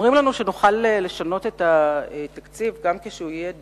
אומרים לנו שנוכל לשנות את התקציב גם כשהוא יהיה דו-שנתי.